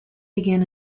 began